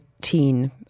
teen